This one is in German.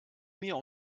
mir